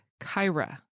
Kyra